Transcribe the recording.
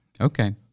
Okay